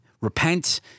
Repent